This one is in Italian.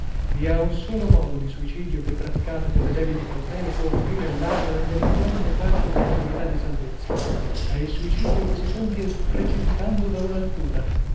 vi ha un solo modo di suicidio che praticato colle debite cautele può offrire all'anima del delinquente qualche probabilità di salvezza è il suicidio che si compie precipitando da una altura